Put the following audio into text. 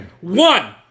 One